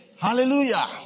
Hallelujah